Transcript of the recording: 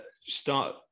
start